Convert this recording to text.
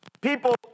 People